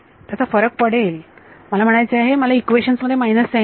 त्याचा फरक पडेल मला म्हणायचे आहे मला इक्वेशन्स मध्ये मायनस साईन मिळेल